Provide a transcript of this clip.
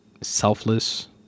selfless